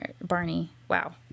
Barney—wow